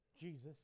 Jesus